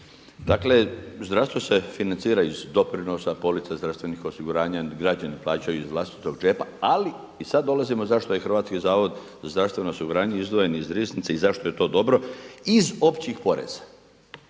Dakle, zdravstvo se financira iz doprinosa, polica zdravstvenog osiguranja, građani plaćaju iz vlastitog džepa, ali i sad dolazimo zašto je Hrvatski zavod za zdravstveno osiguranje izdvojen iz Riznice i zašto je to dobro iz općih poreza.